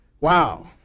wow